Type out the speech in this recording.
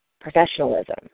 professionalism